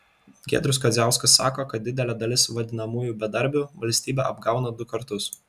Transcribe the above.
giedrius kadziauskas sako kad didelė dalis vadinamųjų bedarbių valstybę apgauna du kartus